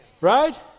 right